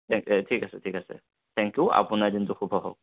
ঠিক আছে ঠিক আছে থেংক ইউ আপোনাৰ দিনটো শুভ হওক